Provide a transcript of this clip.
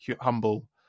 humble